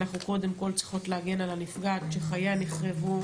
אנחנו קודם כול צריכות להגן על הנפגעת כי חייה נחרבו,